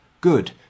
good